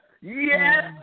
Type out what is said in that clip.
Yes